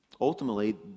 ultimately